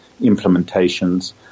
implementations